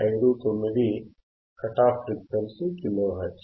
59 cut off frequency kilo hertz